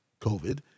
COVID